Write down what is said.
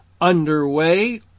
underway